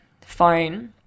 phone